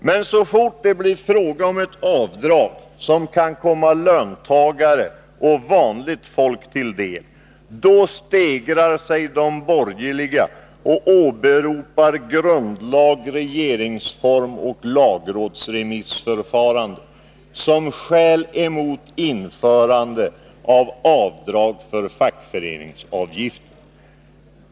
Men så fort det blir fråga om ett avdrag som kan komma löntagare och vanligt folk till del, då stegrar sig de borgerliga och åberopar grundlag, regeringsform och lagrådsremissförfarande som skäl mot införande av avdrag för fackföreningsavgiften.